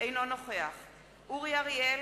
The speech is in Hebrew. אינו נוכח אורי אריאל,